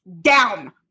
down